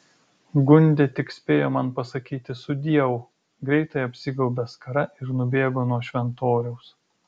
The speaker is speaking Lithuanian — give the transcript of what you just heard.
gundė tik spėjo man pasakyti sudieu greitai apsigaubė skara ir nubėgo nuo šventoriaus